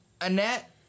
Annette